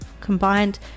combined